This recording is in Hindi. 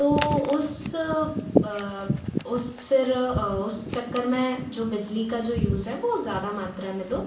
तो उस उस फिर उस चक्कर में जो बिजली का जो यूज़ है वो ज़्यादा मात्रा में लोग